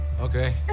Okay